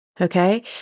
Okay